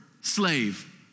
slave